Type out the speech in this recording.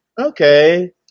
okay